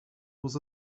was